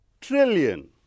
trillion